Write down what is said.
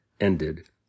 ended